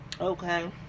Okay